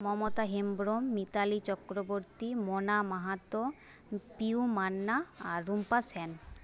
মমতা হেমব্রম মিতালী চক্রবর্তী মনা মাহাতো পিউ মান্না আর রুম্পা সেন